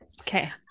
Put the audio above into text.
Okay